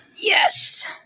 Yes